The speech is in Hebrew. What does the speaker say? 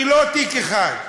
אני, לא תיק אחד.